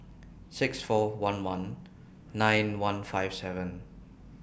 six four one one nine one five seven